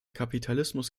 kapitalismus